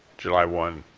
july one,